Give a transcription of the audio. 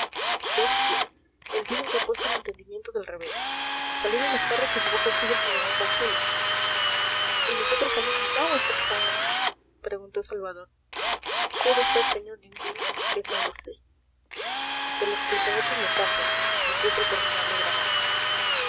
bestia el vino te ha puesto el entendimiento del revés salieron los carros que llevó consigo el general maucune y nosotros salimos ya o estamos aún aquí preguntó salvador juro a vd sr jean jean que no lo sé te lo explicaré a puñetazos repuso el formidable dragón